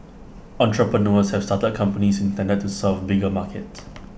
entrepreneurs have started companies intended to serve bigger markets